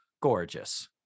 Gorgeous